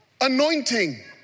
anointing